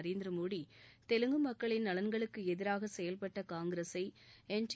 நரேந்திர மோடி தெலுங்கு மக்களின் நலன்களுக்கு எதிராக செயல்பட்ட காங்கிரசை என்டி